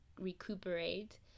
recuperate